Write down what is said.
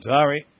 Sorry